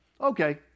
Okay